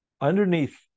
underneath